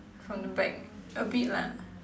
from the back a bit lah